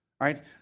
right